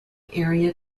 area